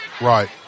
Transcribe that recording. Right